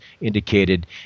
indicated